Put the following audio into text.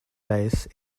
base